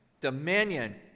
dominion